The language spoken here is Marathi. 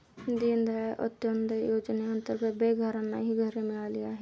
दीनदयाळ अंत्योदय योजनेअंतर्गत बेघरांनाही घरे मिळाली आहेत